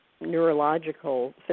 neurological